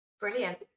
Brilliant